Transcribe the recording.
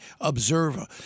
observer